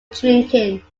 drinking